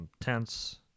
tense